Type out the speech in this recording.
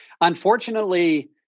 unfortunately